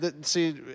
see